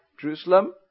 Jerusalem